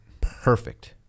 perfect